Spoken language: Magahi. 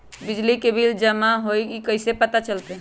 बिजली के बिल जमा होईल ई कैसे पता चलतै?